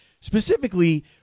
Specifically